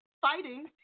fighting